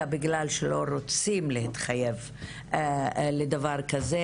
אלא בגלל שלא רוצים להתחייב לדבר כזה,